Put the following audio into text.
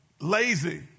lazy